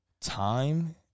time